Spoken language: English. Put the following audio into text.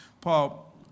Paul